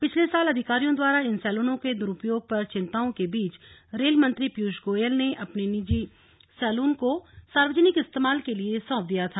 पिछले साल अधिकारियों द्वारा इन सैलूनों के दुरुपयोग पर चिंताओं के बीच रेल मंत्री पीयूष गोयल ने अपने निजी सैलून को सार्वजनिक इस्तेमाल के लिए सौंप दिया था